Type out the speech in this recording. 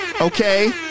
okay